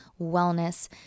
wellness